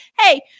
hey